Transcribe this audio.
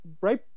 right